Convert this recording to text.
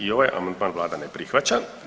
I ovaj amandman vlada ne prihvaća.